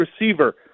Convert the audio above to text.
receiver